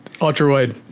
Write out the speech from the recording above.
ultra-wide